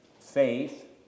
faith